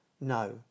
No